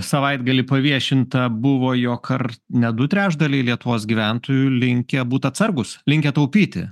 savaitgalį paviešinta buvo jog ar ne du trečdaliai lietuvos gyventojų linkę būt atsargūs linkę taupyti